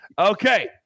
Okay